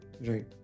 Right